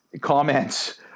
comments –